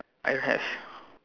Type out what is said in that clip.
I have